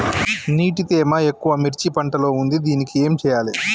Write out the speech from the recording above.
నీటి తేమ ఎక్కువ మిర్చి పంట లో ఉంది దీనికి ఏం చేయాలి?